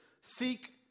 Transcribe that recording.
seek